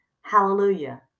hallelujah